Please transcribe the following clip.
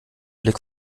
blick